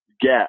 get